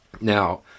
Now